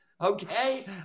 Okay